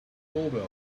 doorbell